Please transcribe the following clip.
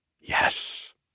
Yes